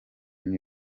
new